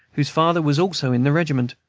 whose father was also in the regiment.